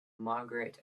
margaret